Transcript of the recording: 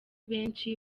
benshi